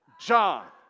John